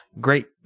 great